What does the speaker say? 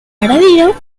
paradero